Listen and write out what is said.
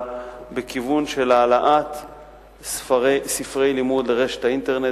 בכיוון של העלאת ספרי לימוד לרשת האינטרנט,